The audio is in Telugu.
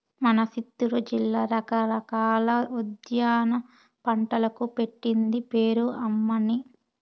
మన సిత్తూరు జిల్లా రకరకాల ఉద్యాన పంటలకు పెట్టింది పేరు అమ్మన్నీ